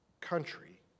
country